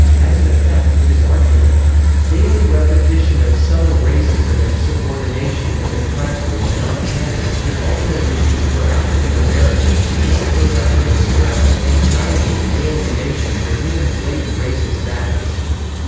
as an effect, it is argued that the daily repetition of subtle racism and subordination in the classroom and on campus can ultimately be, for african americans, more productive of stress, anxiety and alienation than even blatant racists acts.